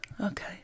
Okay